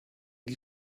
die